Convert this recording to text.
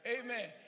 Amen